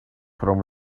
from